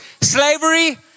Slavery